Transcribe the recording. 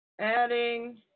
adding